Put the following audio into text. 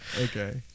Okay